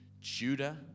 Judah